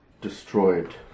destroyed